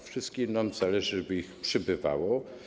Wszystkim nam zależy, żeby ich przybywało.